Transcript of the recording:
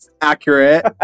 accurate